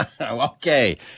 Okay